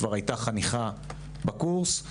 כבר היתה חניכה בקורס,